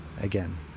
again